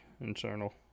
internal